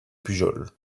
pujol